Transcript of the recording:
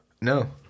No